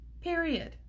period